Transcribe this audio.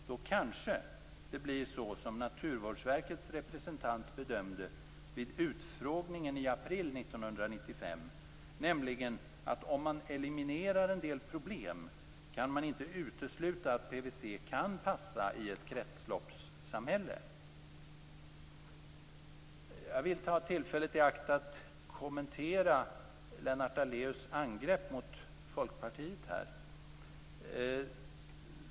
Då kanske det blir så som Naturvårdsverkets representant bedömde vid utfrågningen i april 1995, nämligen att om man eliminerar en del problem kan det inte uteslutas att PVC kan passa i ett kretsloppssamhälle. Jag vill ta tillfället i akt och kommentera Lennart Daléus angrepp på Folkpartiet här.